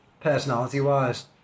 personality-wise